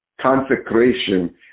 Consecration